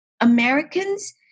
Americans